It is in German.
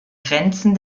grenzen